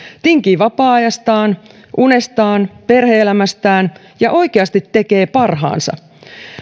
tinkii vapaa ajastaan unestaan perhe elämästään ja oikeasti tekee parhaansa